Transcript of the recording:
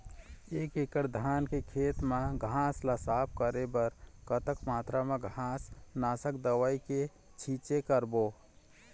एक एकड़ धान के खेत मा घास ला साफ करे बर कतक मात्रा मा घास नासक दवई के छींचे करबो?